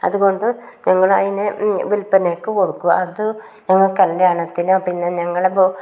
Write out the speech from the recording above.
അതുകൊണ്ട് ഞങ്ങൾ അതിനെ വില്പനയ്ക്ക് കൊടുക്കും അത് ഞങ്ങൾ കല്യാണത്തിനോ പിന്നെ ഞങ്ങളെ ബ്